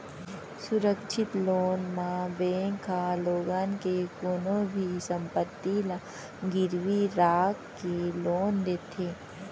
सुरक्छित लोन म बेंक ह लोगन के कोनो भी संपत्ति ल गिरवी राख के लोन देथे